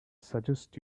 suggest